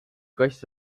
kass